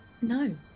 No